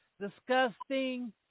disgusting